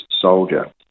soldier